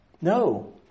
No